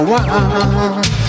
one